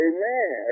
Amen